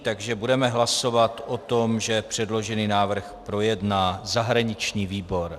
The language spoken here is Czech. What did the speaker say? Takže budeme hlasovat o tom, že předložený návrh projedná zahraniční výbor.